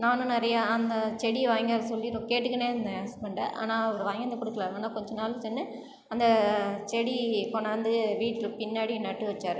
நானும் நிறையா அந்த செடி வாங்கி வர சொல்லி கேட்டுக்கினே இருந்தேன் என் ஹஸ்பண்டை ஆனால் அவர் வாங்கிவந்து கொடுக்கல ஆனால் கொஞ்சம் நாள் சென்று அந்த செடி கொண்டாந்து வீட்டு பின்னாடி நட்டுவச்சார்